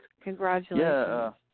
Congratulations